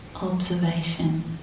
observation